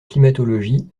climatologie